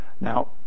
now